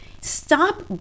stop